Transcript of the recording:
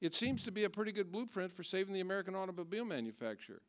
it seems to be a pretty good blueprint for saving the american automobile manufacture